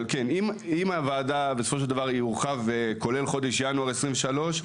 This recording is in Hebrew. אם בסופו של דבר יורחב כולל חודש ינואר 2023,